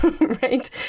Right